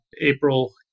April